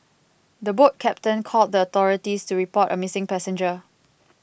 the boat captain called the authorities to report a missing passenger